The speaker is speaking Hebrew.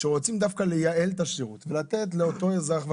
כשרוצים דווקא לייעל את השירות ולתת לאותו אזרח ותיק,